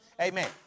amen